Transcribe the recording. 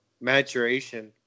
maturation